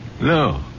No